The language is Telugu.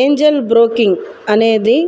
ఏంజెల్ బ్రోకింగ్ అనేది